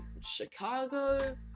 Chicago